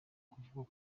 ukuvuga